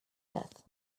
death